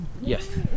Yes